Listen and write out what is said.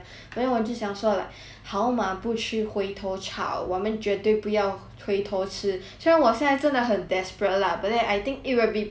好马不吃回头草我们绝对不要回头吃虽然我现在真的很 desperate lah but then I think it would be better if I can find a